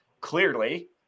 clearly